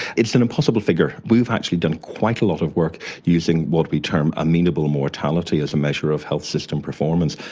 it's an impossible figure. we've actually done quite a lot of work using what we term amenable mortality as a measure of health system performance,